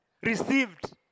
received